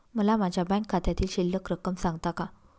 मला माझ्या बँक खात्यातील शिल्लक रक्कम सांगता का?